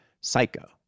Psycho